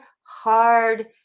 hard